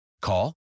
Call